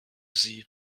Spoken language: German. sie